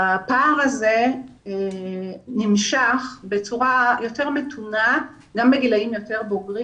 הפער הזה נמשך בצורה יותר מתונה גם בגילאים בוגרים יותר.